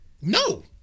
No